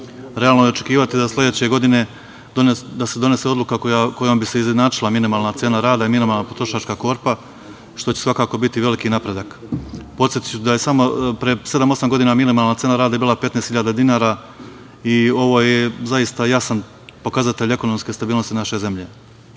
Realno je očekivati da sledeće godine da se donese odluka kojom bi se izjednačila minimalna cena rada i minimalna potrošačka korpa što će svakako biti veliki napredak. Podsetiću da je samo pre sedam, osam godina minimalna cena rada bila 15.000 dinara i ovo je zaista jasan pokazatelj ekonomske stabilnosti naše